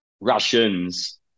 Russians